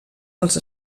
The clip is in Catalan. dels